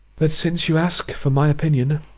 but since you ask for my opinion,